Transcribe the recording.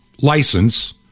license